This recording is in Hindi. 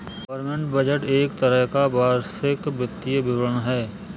गवर्नमेंट बजट एक तरह का वार्षिक वित्तीय विवरण है